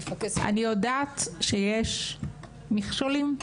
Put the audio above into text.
אני יודעת שיש מכשולים.